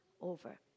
over